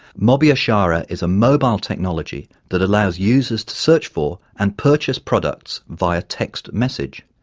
mobiashara is a mobile technology that allows users to search for and purchase products via text message.